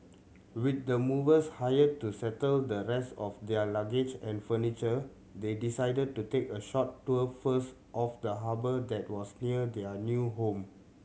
with the movers hired to settle the rest of their luggage and furniture they decided to take a short tour first of the harbour that was near their new home